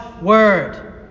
word